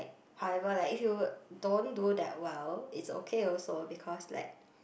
however like if you don't do that well it's okay also because like